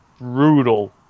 brutal